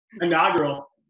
Inaugural